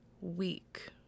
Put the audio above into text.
week